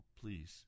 please